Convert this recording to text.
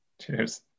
Cheers